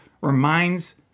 reminds